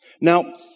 Now